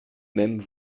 même